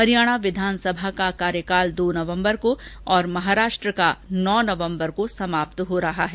हरियाणा विधानसभा का कार्यकाल दो नवम्बर को और महाराष्ट्र का नौ नवम्बर को समाप्त हो रहा है